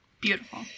Beautiful